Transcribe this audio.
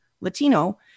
Latino